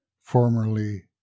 formerly